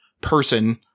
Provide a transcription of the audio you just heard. person